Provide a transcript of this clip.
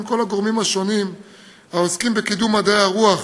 כל הגורמים השונים העוסקים בקידום מדעי הרוח